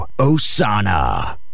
Osana